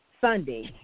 Sunday